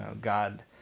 God